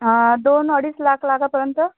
हा दोन अडीच लाख लाखापर्यंत